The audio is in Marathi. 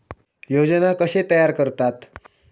योजना कशे तयार करतात?